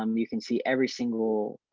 um you can see every single